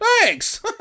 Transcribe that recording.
Thanks